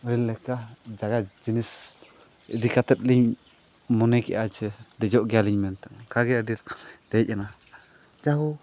ᱟᱹᱞᱤᱧ ᱞᱮᱠᱟ ᱡᱟᱭᱜᱟ ᱡᱤᱱᱤᱥ ᱤᱫᱤ ᱠᱟᱛᱮᱫ ᱞᱤᱧ ᱢᱚᱱᱮ ᱠᱮᱫᱼᱟ ᱡᱮ ᱫᱮᱡᱚᱜ ᱜᱮᱭᱟᱞᱤᱧ ᱢᱮᱱᱛᱮ ᱚᱱᱠᱟᱜᱮ ᱫᱮᱡ ᱮᱱᱟ ᱡᱟᱭᱦᱳᱠ